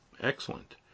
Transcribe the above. Excellent